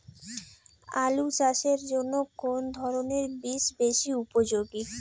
আলু চাষের জন্য কোন ধরণের বীজ বেশি উপযোগী?